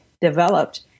developed